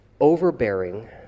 overbearing